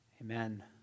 Amen